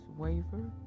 waiver